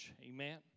Amen